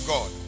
God